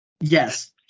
yes